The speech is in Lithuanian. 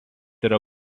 yra